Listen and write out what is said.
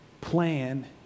plan